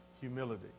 humility